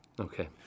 Okay